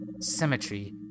Symmetry